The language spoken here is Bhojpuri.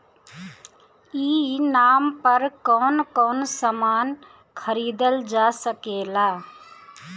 ई नाम पर कौन कौन समान खरीदल जा सकेला?